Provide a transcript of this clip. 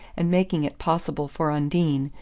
and making it possible for undine,